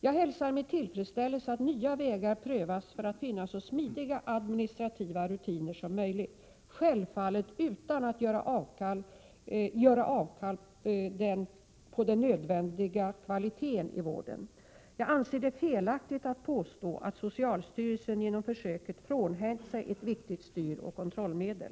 Jag hälsar med tillfredsställelse att nya vägar prövas för att finna så smidiga administrativa rutiner som möjligt — självfallet utan att göra avkall på den nödvändiga kvaliteten i vården. Jag anser det felaktigt att påstå att socialstyrelsen genom försöket frånhänt sig ett viktigt styroch kontrollmedel.